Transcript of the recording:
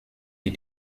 die